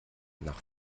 nach